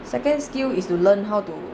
second skill is to learn how to